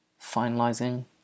Finalizing